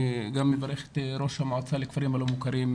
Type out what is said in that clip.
אני גם מברך את ראש המועצה לכפרים הלא מוכרים,